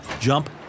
jump